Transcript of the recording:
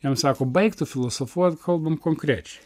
jam sako baik tu filosofuot kalbam konkrečiai